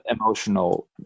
emotional